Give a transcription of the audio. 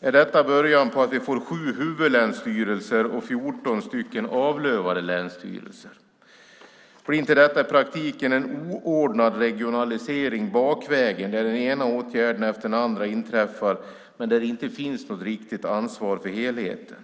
Är detta början på att vi får 7 huvudlänsstyrelser och 14 avlövade länsstyrelser? Blir inte detta i praktiken en oordnad regionalisering bakvägen där den ena åtgärden efter den andra inträffar utan att det finns något riktigt ansvar för enheten?